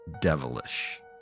devilish